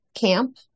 camp